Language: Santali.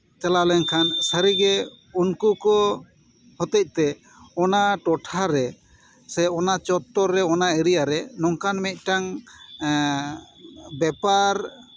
ᱪᱟᱞᱟᱣ ᱞᱮᱱᱠᱷᱟᱱ ᱥᱟᱹᱨᱤᱜᱮ ᱩᱱᱠᱩ ᱠᱚ ᱦᱚᱛᱮᱡᱛᱮ ᱚᱱᱟ ᱴᱚᱴᱷᱟ ᱨᱮ ᱥᱮ ᱚᱱᱟ ᱪᱚᱛᱛᱚᱨ ᱨᱮ ᱚᱱᱟ ᱮᱨᱤᱭᱟ ᱨᱮ ᱱᱚᱝᱠᱟᱱ ᱢᱤᱫᱴᱟᱱ ᱵᱮᱯᱟᱨ